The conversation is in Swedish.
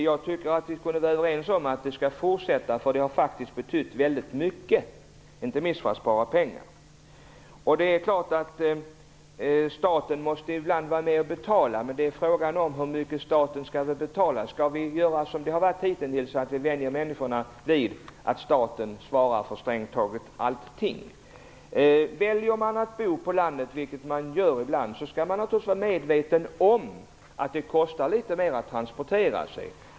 Jag tycker att vi skulle kunna vara överens om att detta skall fortsätta, för det har faktiskt betytt väldigt mycket, inte minst för att spara pengar. Det är klart att staten ibland måste vara med och betala. Men det är fråga om hur mycket staten skall betala. Skall vi göra som hitintills, att vi vänjer människorna vid att staten svarar för strängt taget allting? Väljer man att bo på landet, vilket man gör ibland, skall man naturligtvis vara medveten om att det kostar litet mer att transportera sig.